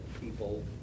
people